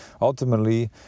ultimately